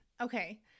Okay